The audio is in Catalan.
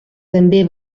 també